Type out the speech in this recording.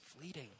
fleeting